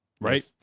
Right